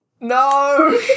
No